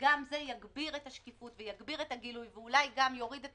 גם זה יגביר את השקיפות ויגביר את הגילוי ואולי גם יוריד את